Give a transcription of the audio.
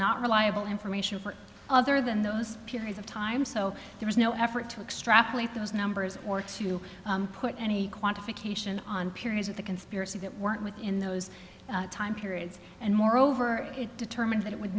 not reliable information for other than those periods of time so there was no effort to extrapolate those numbers or to put any quantification on periods of the conspiracy that weren't within those time periods and moreover determined that it would